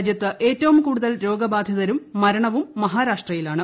രാജ്യത്ത് ഏറ്റവും കൂടുതൽ രോഗബാധിതരും മരണവും മഹാരാഷ്ട്രയിലാണ്